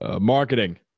marketing